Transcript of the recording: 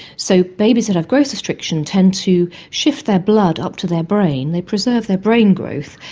so babies that have growth restriction tend to shift their blood up to their brain. they preserve their brain growth,